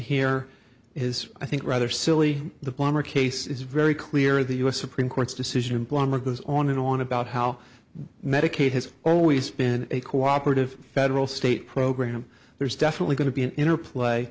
here is i think rather silly the plumber case is very clear the u s supreme court's decision plumber goes on and on about how medicaid has always been a cooperative federal state program there is definitely going to be an interplay